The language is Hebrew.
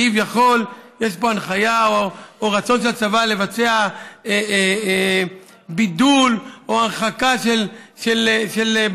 כביכול יש פה הנחיה או רצון של הצבא לבצע בידול או הרחקה של בנות,